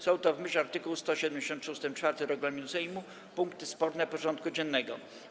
Są to, w myśl art. 173 ust. 4 regulaminu Sejmu, punkty sporne porządku dziennego.